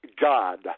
God